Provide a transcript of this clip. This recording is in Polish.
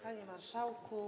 Panie Marszałku!